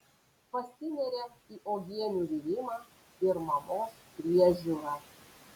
pasineria į uogienių virimą ir mamos priežiūrą